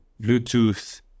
Bluetooth